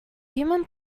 human